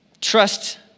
trust